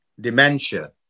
dementia